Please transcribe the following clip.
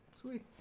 Sweet